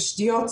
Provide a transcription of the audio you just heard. תשתיות,